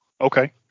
Okay